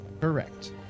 Correct